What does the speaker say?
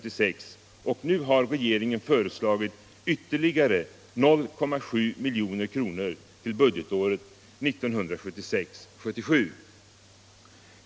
Och nu har regeringen föreslagit ytterligare 0,7 milj.kr. budgetåret 1976/77.